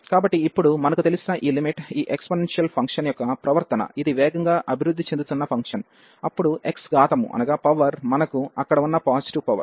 కాబట్టి ఇప్పుడు మనకు తెలిసిన ఈ లిమిట్ ఈ ఎక్స్పోనెన్షియల్ ఫంక్షన్ యొక్క ప్రవర్తన ఇది వేగంగా అభివృద్ధి చెందుతున్న ఫంక్షన్ అప్పుడు x ఘాతము మనకు అక్కడ ఉన్న పాజిటివ్ పవర్